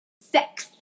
sex